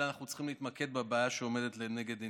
אלא אנחנו צריכים להתמקד בבעיה שעומדת לנגד עינינו.